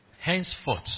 Henceforth